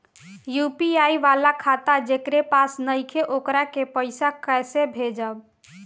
UPI वाला खाता जेकरा पास नईखे वोकरा के पईसा कैसे भेजब?